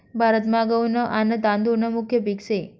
भारतमा गहू न आन तादुळ न मुख्य पिक से